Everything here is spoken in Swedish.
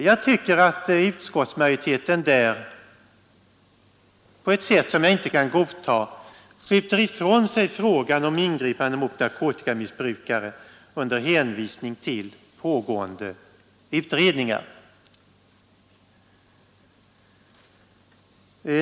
Jag tycker att utskottsmajoriteten på ett sätt som jag inte kan godta skjuter ifrån sig frågan om ingripande mot narkotikamissbrukare under hänvisning till pågående utredningar.